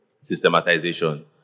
systematization